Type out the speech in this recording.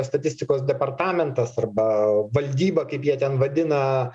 statistikos departamentas arba valdyba kaip jie ten vadina